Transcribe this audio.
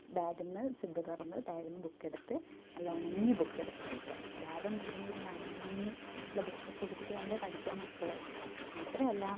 ബാഗിന്നു zip തുറന്ന ബാഗിന്നു book എടുത്ത് നല്ല ഉണങ്ങിയ ബുക്ക് എടുത്ത് പഠിക്കാം ബാഗോന്നും ഇല്ലെങ്കിൽ നനഞ്ഞു ബുക്ക് ഒക്കെ എടുത്തിട്ട് വേണ്ടേ പടിക്കാൻ മക്കൾ മാത്രമല്ല